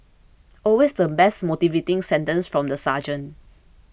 always the best motivating sentence from the sergeant